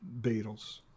Beatles